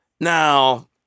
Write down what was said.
Now